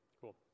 Cool